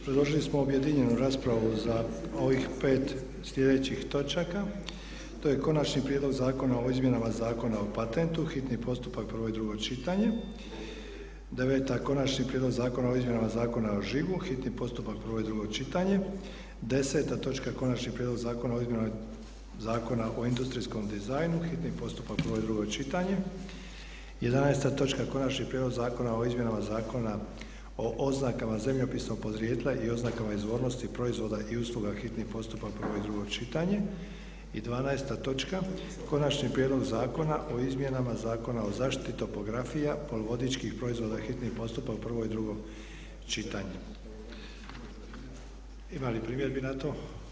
Predložili smo objedinjenu raspravu ovih 5 sljedećih točaka. - Konačni prijedlog zakona o izmjenama Zakona o patentnu, hitni postupak, prvo i drugo čitanje, P.Z. br. 35; - Konačni prijedlog zakona o izmjenama Zakona o žigu, hitni postupak, prvo i drugo čitanje, P.Z. br. 37; - Konačni prijedlog zakona o izmjenama Zakona o industrijskom dizajnu, hitni postupak, prvo i drugo čitanje, P.Z. br. 36; - Konačni prijedlog zakona o izmjenama Zakona o oznakama zemljopisnog podrijetla i oznakama izvornosti proizvoda i usluga, hitni postupak, prvo i drugo čitanje, P.Z. br. 38; - Konačni prijedlog zakona o izmjenama Zakona o zaštiti topografija poluvodičkih proizvoda, hitni postupak, prvo i drugo čitanje, P.Z. br. 39; Ima li primjedbi na to?